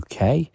UK